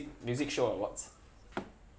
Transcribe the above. music show awards